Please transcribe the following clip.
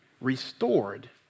restored